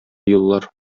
юллар